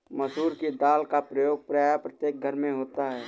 मसूर की दाल का प्रयोग प्रायः प्रत्येक घर में होता है